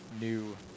new